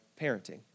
parenting